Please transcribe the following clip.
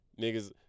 niggas